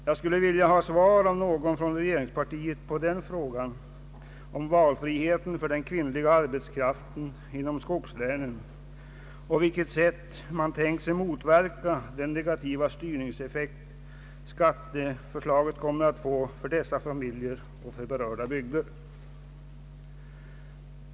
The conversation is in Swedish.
Jag skulle vilja ha svar av någon från regeringspartiet på frågan om valfriheten för den kvinnliga arbetskraften inom skogslänen och på vilket sätt man tänkt sig motverka den negativa styrningseffekt skatteförslaget kommer att få för dessa familjer och för berörda bygder.